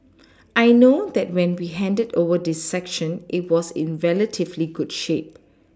I know that when we handed over this section it was in relatively good shape